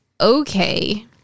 okay